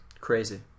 Crazy